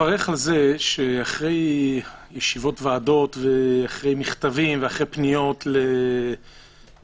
זה שאחרי ישיבות ועדות ואחרי מכתבים ואחרי פניות לאלה